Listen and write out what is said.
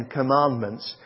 commandments